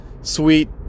sweet